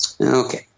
Okay